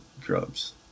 drugs